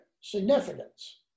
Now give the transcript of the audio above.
significance